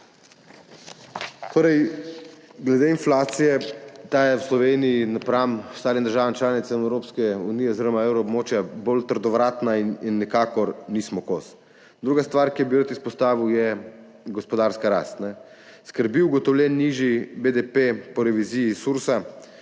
Torej, glede inflacije, ta je v Sloveniji v primerjavi z ostalimi državami članicam Evropske unije oziroma evroobmočja bolj trdovratna in ji nikakor nismo kos. Druga stvar, ki bi rad izpostavil, je gospodarska rast. Skrbi ugotovljen nižji BDP po reviziji SURS,